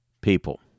people